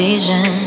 Vision